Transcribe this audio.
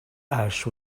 ash